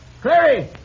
Clary